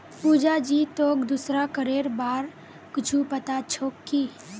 पुजा जी, तोक दूसरा करेर बार कुछु पता छोक की